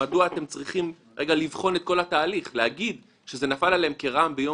אני אומר שכשמישהו מתחיל את הלימודים שלו ואת זה אגב אמר בית המשפט